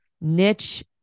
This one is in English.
niche